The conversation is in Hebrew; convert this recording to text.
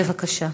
בבקשה.